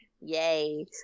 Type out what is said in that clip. Yay